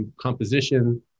composition